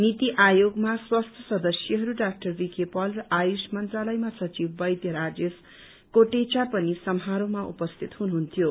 नीति आयोगमा स्वास्थ्य सदस्यहरू डा भीके पाल र आयुष मन्त्रालयमा सचिव वैद्य राजेश कोटेचा पनि समारोहमा उपस्थित हुनुहुन्थ्यो